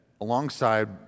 alongside